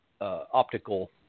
optical